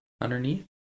underneath